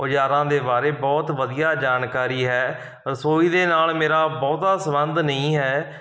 ਔਜ਼ਾਰਾਂ ਦੇ ਬਾਰੇ ਬਹੁਤ ਵਧੀਆ ਜਾਣਕਾਰੀ ਹੈ ਰਸੋਈ ਦੇ ਨਾਲ ਮੇਰਾ ਬਹੁਤਾ ਸੰਬੰਧ ਨਹੀਂ ਹੈ